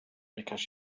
because